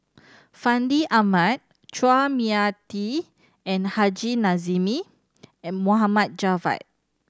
Fandi Ahmad Chua Mia Tee and Haji Namazie M Moham Javad